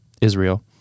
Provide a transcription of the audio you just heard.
Israel